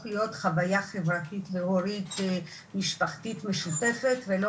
להיות חוויה חברתית והורית או חוויה משפחתית משותפת ולא